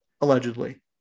allegedly